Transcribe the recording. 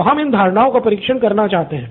तो हम इन धारणाओ का परीक्षण करना चाहते हैं